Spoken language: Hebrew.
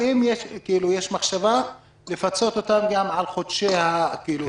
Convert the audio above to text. האם יש מחשבה לפצות אותם גם על חודשי הפעילות,